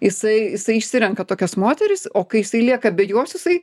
jisai jisai išsirenka tokias moteris o kai jisai lieka be jos jisai